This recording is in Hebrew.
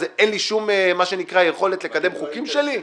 אז אין לי שום יכולת לקדם חוקים שלי?